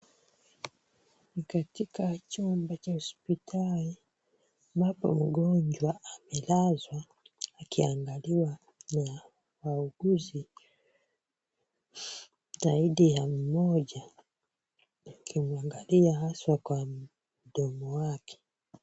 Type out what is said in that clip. Katika chumba cha hospitali ambapo mgonjwa amelazwa akiangaliwa na wauguzi zaidi ya mmoja. Akimwangalia haswa kwa mdomo wake.